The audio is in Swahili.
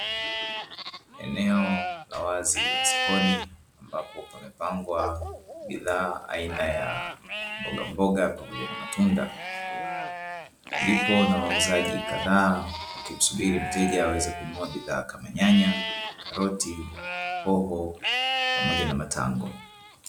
Eneo la wazi la sokoni ambapo pamepangwa bidhaa aina ya mboga mboga pamoja na matunda. Lipo na wauzaji kadhaa ukimsubiri mteja aweze kununua bidhaa kama nyanya , karoti, hoho pamoja na matango.